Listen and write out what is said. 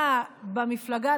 פעילה במפלגה,